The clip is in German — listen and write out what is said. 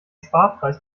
sparpreis